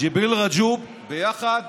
ג'יבריל רג'וב יחד